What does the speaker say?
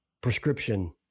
prescription